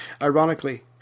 Ironically